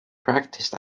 practiced